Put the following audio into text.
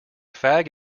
fag